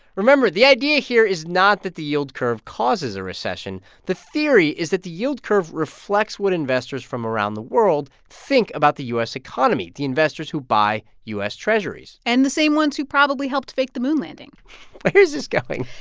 remember, the idea here is not that the yield curve causes a recession. the theory is that the yield curve reflects what investors from around the world think about the u s. economy the investors who buy u s. treasurys and the same ones who probably helped fake the moon landing but where's this going?